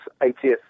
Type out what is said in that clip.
80th